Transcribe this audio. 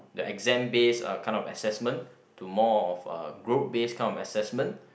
the exam based uh kind of assessment to more of a group based kind of assessment